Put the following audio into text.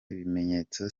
ibimenyetso